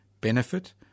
benefit